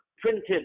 Printed